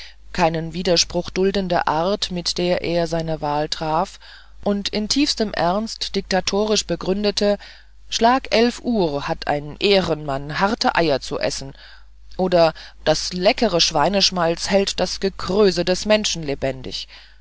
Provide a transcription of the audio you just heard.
keinen widerspruch duldende art mit der er seine wahl traf und in tiefstem ernst diktatorisch begründete schlag elf uhrr hat ein ehrrenmann harrte eier zu essen oder das leckere schweineschmalz erhält das gekrröse des menschen